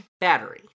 battery